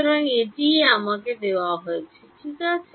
সুতরাং এটিই আমাকে দেওয়া হয়েছে ঠিক আছে